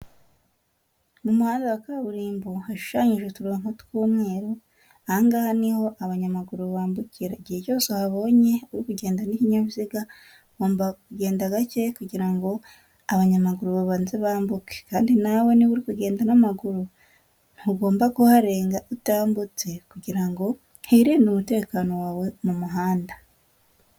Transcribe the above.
Mu muhanda wa kaburimbo, hashushanyije uturongo tw'umweru, aha ngaha ni ho abanyamaguru bambukira. Igihe cyose uhabonye uri kugenda n'ikinyabiziga ugomba kugenda gake, kugira ngo abanyamaguru babanze bambuke; kandi nawe uri kugenda n'amaguru, ntugomba kuharenga utambutse; kugirango hirindwe umutekano wawe mu muhanda.